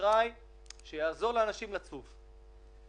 אשראי שיעזור לאנשים לצוף.